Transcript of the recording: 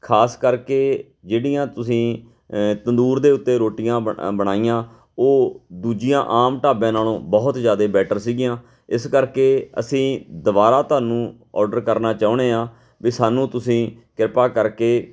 ਖਾਸ ਕਰਕੇ ਜਿਹੜੀਆਂ ਤੁਸੀਂ ਤੰਦੂਰ ਦੇ ਉੱਤੇ ਰੋਟੀਆਂ ਬ ਬਣਾਈਆਂ ਉਹ ਦੂਜੀਆਂ ਆਮ ਢਾਬਿਆਂ ਨਾਲੋਂ ਬਹੁਤ ਜ਼ਿਆਦੇ ਬੈਟਰ ਸੀਗੀਆਂ ਇਸ ਕਰਕੇ ਅਸੀਂ ਦੁਬਾਰਾ ਤੁਹਾਨੂੰ ਔਡਰ ਕਰਨਾ ਚਾਹੁੰਦੇ ਹਾਂ ਵੀ ਸਾਨੂੰ ਤੁਸੀਂ ਕਿਰਪਾ ਕਰਕੇ